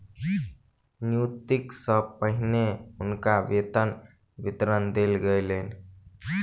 नियुक्ति सॅ पहिने हुनका वेतन विवरण देल गेलैन